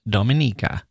Dominica